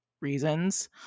reasons